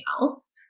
else